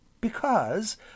Because